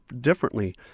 differently